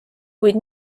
kuid